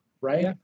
right